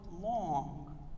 long